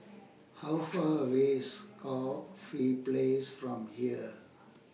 How Far away IS Corfe Place from here